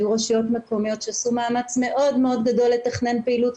היו רשויות מקומיות שעשו מאמץ מאוד גדול לתכנן פעילות,